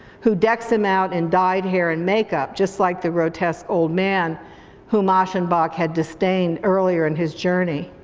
who decks him out in dyed hair and makeup, just like the grotesque old man whom aschenbach had disdained earlier in his journey.